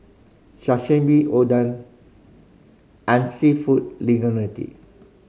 Sashimi Oden and Seafood